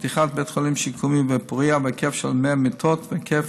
ופתיחת בית חולים שיקומי בפורייה בהיקף של 100 מיטות והיקף